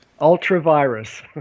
Ultra-virus